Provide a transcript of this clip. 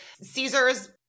Caesars